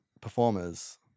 performers